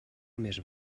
més